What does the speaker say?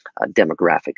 demographics